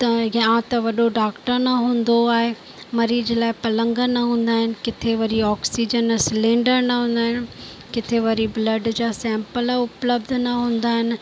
त या त वॾो डॉक्टर न हूंदो आहे मरीज लाइ पलंग न हूंदा आहिनि किथे वरी ऑक्सीजन न सिलेंडर न हूंदा आहिनि किथे वरी ब्लड जा सेंपल उपलब्ध न हूंदा आहिनि